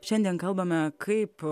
šiandien kalbame kaip